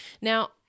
Now